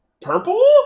purple